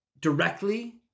directly